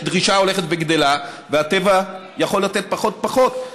יש דרישה הולכת וגדלה והטבע יכול לתת פחות ופחות.